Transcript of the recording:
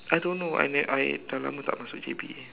I don't know I ne~ I dah lama tak masuk J_B